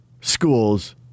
schools